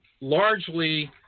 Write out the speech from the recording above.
largely